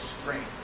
strength